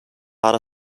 part